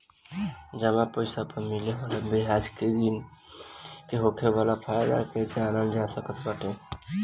जमा पईसा पअ मिले वाला बियाज के गिन के होखे वाला फायदा के जानल जा सकत बाटे